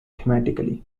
thematically